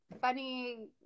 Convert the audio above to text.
funny